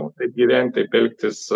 nu taip gyvent taip elgtis